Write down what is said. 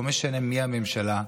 לא משנה מי הממשלה,